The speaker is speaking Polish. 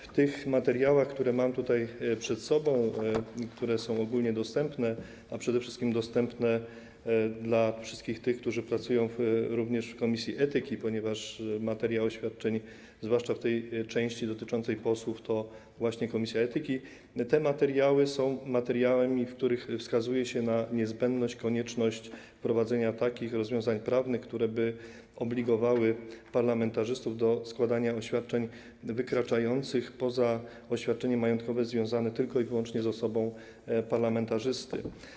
W tych materiałach, które mam przed sobą, które są ogólnie dostępne, a przede wszystkim dostępne wszystkim tym, którzy pracują w komisji etyki, ponieważ materiał oświadczeń, zwłaszcza w tej części dotyczącej posłów, to kwestia właśnie komisji etyki, wskazuje się na niezbędność, konieczność wprowadzenia takich rozwiązań prawnych, które by obligowały parlamentarzystów do składania oświadczeń wykraczających poza oświadczenie majątkowe związane tylko i wyłącznie z osobą parlamentarzysty.